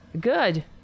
Good